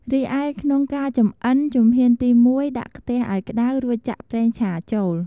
រីឯក្នុងការចំអិន ជំហានទីមួយ ដាក់ខ្ទះឱ្យក្តៅ រួចចាក់ប្រេងឆាចូល។